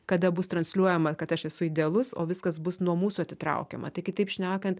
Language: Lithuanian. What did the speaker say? kada bus transliuojama kad aš esu idealus o viskas bus nuo mūsų atitraukiama tai kitaip šnekant